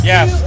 Yes